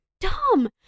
dumb